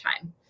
time